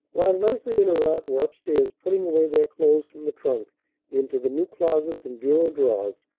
while leslie and her aunt were up-stairs putting away their clothes from the trunk into the new closets and bureau-drawers,